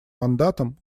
мандатом